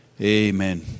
Amen